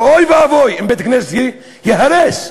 אבל אוי ואבוי אם בית-כנסת ייהרס.